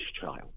child